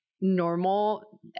normal